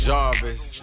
Jarvis